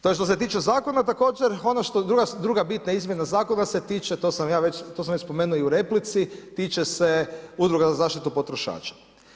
To je što se tiče zakona, također ono što, druga bitna izmjena zakona se tiče, to sam ja već, to sam već spomenuo u replici tiče se Udruga za zaštitu potrošača.